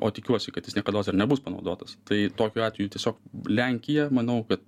o tikiuosi kad jis niekados ir nebus panaudotas tai tokiu atveju tiesiog lenkija manau kad